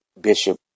Bishop